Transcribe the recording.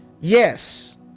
yes